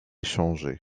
changé